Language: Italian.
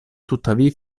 tuttavia